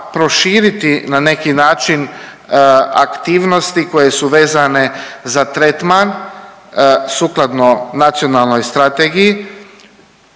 na neki način aktivnosti koje su vezene za tretman sukladno nacionalnoj strategiji